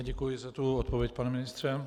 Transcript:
Děkuji za tu odpověď, pane ministře.